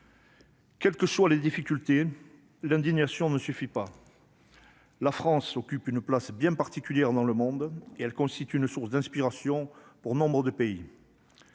Quelles que soient les difficultés, l'indignation ne suffit pas. La France occupe une place bien particulière dans le monde et elle constitue une source d'inspiration pour nombres de pays.